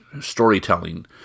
storytelling